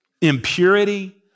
impurity